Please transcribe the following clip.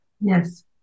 Yes